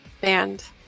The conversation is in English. band